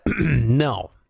No